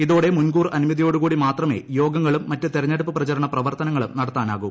ഇതോടെ മുൻകൂർ അനുമതിയോട്ടുകൂടി മാത്രമേ യോഗങ്ങളും മറ്റു തെരഞ്ഞെടുപ്പു പ്രചരണ്ടു പ്രവർത്തനങ്ങളും നടത്താവൂ